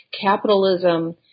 capitalism